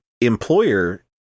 employer